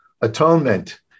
atonement